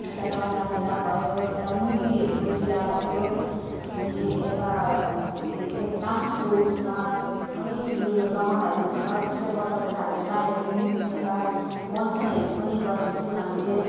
यता गमलातिर भयो यता मूर्तिहरूकोतिर भयो अनि यता के अरे बाँसको उयसमा पनि फुल लहराहरू छ त्यसलाई बटारेर हामीले राखेको छौँ यता बोन्साईहरू पनि गरेको छौँ हामीले